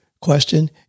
question